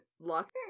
luck